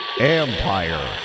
Empire